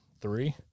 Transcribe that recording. three